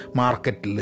market